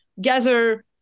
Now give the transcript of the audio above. gather